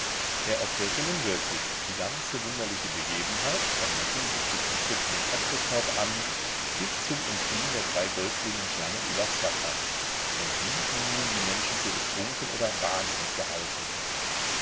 er erzählte nun wirklich die ganze wunderliche begebenheit von dem unglücklichen tritt in den äpfelkorb an bis zum entfliehen der drei goldgrünen schlangen übers wasser und wie ihn nun die menschen für betrunken oder wahnsinnig gehalten